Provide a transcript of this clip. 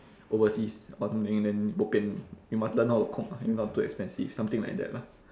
overseas or something then bo pian you must learn how to cook if not too expensive something like that lah